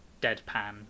deadpan